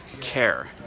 care